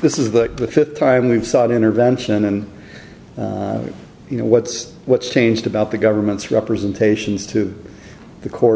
this is the fifth time we've sought intervention and you know what's what's changed about the government's representations to the court